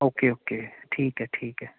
okay okay ਠੀਕ ਹੈ ਠੀਕ ਹੈ